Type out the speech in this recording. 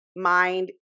Mind